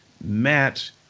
Matt